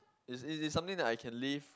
is is something that I can live